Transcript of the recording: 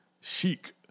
Chic